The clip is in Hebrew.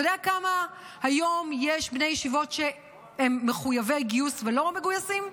אתה יודע כמה בני ישיבות יש היום שהם מחויבי גיוס ולא מגויסים?